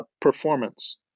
performance